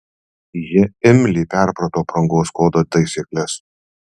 ji imliai perprato aprangos kodo taisykles